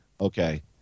Okay